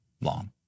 long